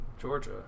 Georgia